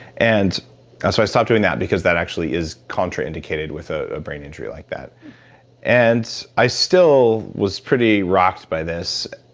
and so i stopped doing that, because that actually is contraindicated with a brain injury like that and i still was pretty rocked by this,